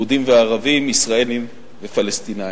יהודים וערבים ישראלים ופלסטינים.